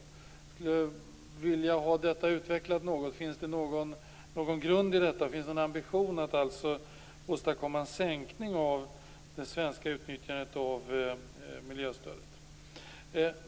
Jag skulle vilja ha detta utvecklat något. Finns det någon grund för och ambition att åstadkomma en sänkning av det svenska utnyttjandet av miljöstödet?